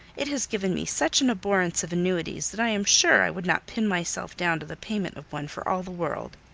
it has given me such an abhorrence of annuities, that i am sure i would not pin myself down to the payment of one for all the world.